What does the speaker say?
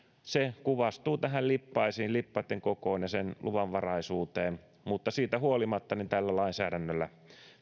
kuvastuu näihin lippaisiin lippaitten kokoon ja luvanvaraisuuteen mutta siitä huolimatta tällä lainsäädännöllä